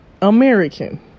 American